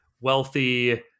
wealthy